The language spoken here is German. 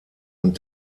und